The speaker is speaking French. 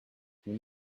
nous